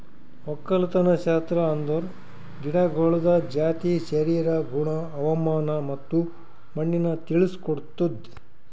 ಒಕ್ಕಲತನಶಾಸ್ತ್ರ ಅಂದುರ್ ಗಿಡಗೊಳ್ದ ಜಾತಿ, ಶರೀರ, ಗುಣ, ಹವಾಮಾನ ಮತ್ತ ಮಣ್ಣಿನ ತಿಳುಸ್ ಕೊಡ್ತುದ್